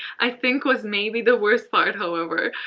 i think, was maybe the worst part, however.